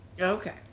okay